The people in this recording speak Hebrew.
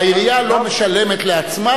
העירייה לא משלמת לעצמה,